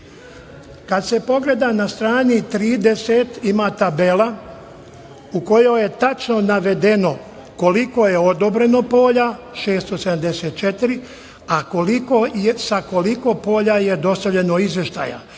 se pogleda na strani 30, ima tabela u kojoj je tačno navedeno koliko je odobreno polja, 674, a sa koliko polja je dostavljeno izveštaja.